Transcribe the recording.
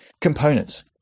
components